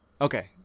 Okay